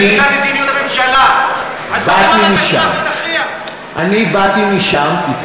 וזה בגלל מדיניות הממשלה, אני באתי משם, אז ועדת